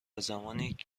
زمانیکه